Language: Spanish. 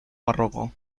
barroco